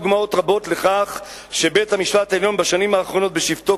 יש דוגמאות רבות לכך שבית-המשפט העליון בשנים האחרונות בשבתו